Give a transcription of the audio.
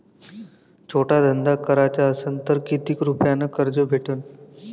छोटा धंदा कराचा असन तर किती रुप्यावर कर्ज भेटन?